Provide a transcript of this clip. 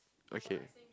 okay